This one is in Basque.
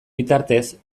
bitartez